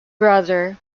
brother